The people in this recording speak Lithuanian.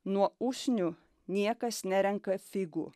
nuo usnių niekas nerenka figų